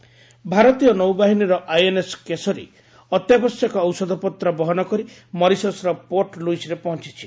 INS Kesari ଭାରତୀୟ ନୌବାହିନୀର INS Kesari ଅତ୍ୟାବଶ୍ୟକ ଔଷଧପତ୍ର ବହନ କରି ମରିସସ୍ର ପୋର୍ଟ ଲୁଇସ୍ରେ ପହଞ୍ଚିଛି